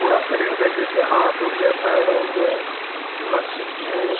पुरा शरीर का जैसे हाथ हो गया पैर हो गया मस्तिष्क में